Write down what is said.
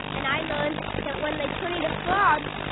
and i learned that when they turn into frogs,